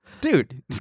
Dude